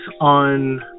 on